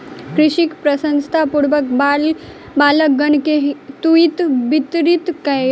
कृषक प्रसन्नतापूर्वक बालकगण के तूईत वितरित कयलैन